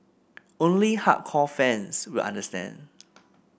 only hardcore fans will understand